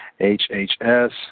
HHS